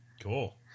Cool